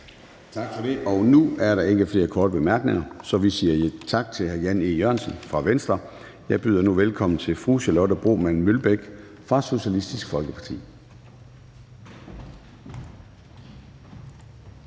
Tak for det. Og nu er der ikke flere korte bemærkninger, så vi siger tak til hr. Jan E. Jørgensen fra Venstre. Jeg byder nu velkommen til fru Charlotte Broman Mølbæk fra Socialistisk Folkeparti.